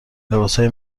لباسهای